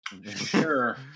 Sure